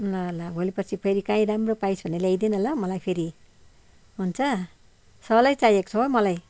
ल ल भोलिपर्सि फेरि काहीँ राम्रो पाइस् भने ल्याइदेन ल मलाई फेरि हुन्छ सलै चाहिएको छ हौ मलाई